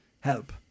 help